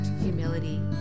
humility